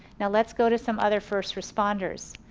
now let's go to some other first responders.